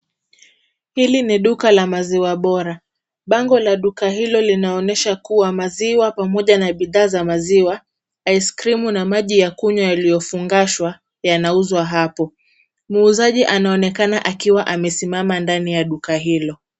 Hili ni duka la maziwa bora. Bango la duka hilo linaonyesha kuwa maziwa pamoja na bidhaa za maziwa, aiskrimu na maji ya kunywa yaliyofungashwa yanauzwa hapo. Muuzaji anaonekana akiwa amesimama ndani ya duka hilo.